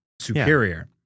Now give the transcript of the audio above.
superior